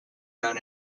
known